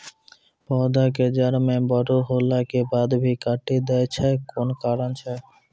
पौधा के जड़ म बड़ो होला के बाद भी काटी दै छै कोन कारण छै?